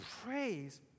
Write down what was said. Praise